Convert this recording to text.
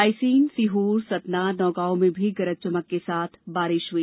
रायसेन सीहोर सतना नौगांव में भी गरज चमक के साथ बारिश हुई